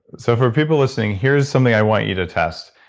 so for people listening, here's something i want you to test.